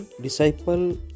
disciple